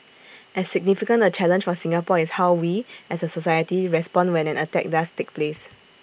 as significant A challenge for Singapore is how we as A society respond when an attack does take place